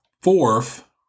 fourth